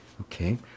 Okay